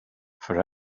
for